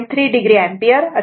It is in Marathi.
3 o एंपियर असे आहे